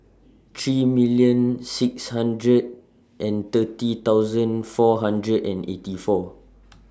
three million six hundred and thirty thousand four hundred and eighty four